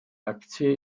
aktie